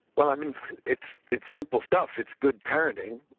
well, i mean it's it's simple stuff, it's good parenting.